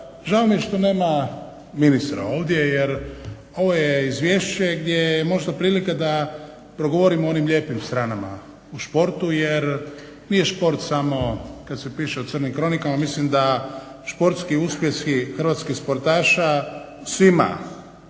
Žao mi je što nema ministra ovdje jer ovo je izvješće gdje je možda prilika da progovorimo o onim lijepim stranama u sportu jer nije sport samo kad se piše u crnim kronikama. Mislim da sportski uspjesi hrvatskih sportaša svima